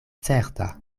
certa